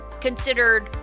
considered